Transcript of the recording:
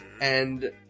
and-